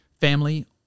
family